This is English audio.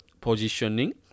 positioning